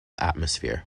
atmosphere